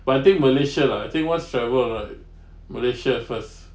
but I think malaysia lah I think once travel I malaysia first